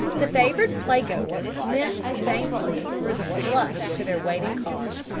the favoured playgoers minced daintily through the slush to their waiting cars,